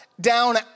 down